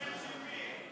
אתה סוכן של מי?